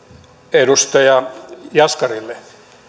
edustaja jaskarille